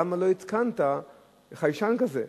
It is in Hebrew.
למה לא התקנת חיישן כזה?